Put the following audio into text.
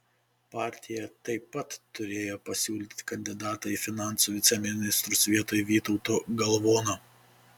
partija taip pat turėjo pasiūlyti kandidatą į finansų viceministrus vietoj vytauto galvono